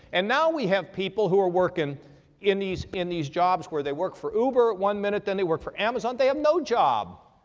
and now we have people who are working in these, in these jobs where they work for uber one minute then they work for amazon. they have no job.